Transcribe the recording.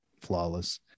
flawless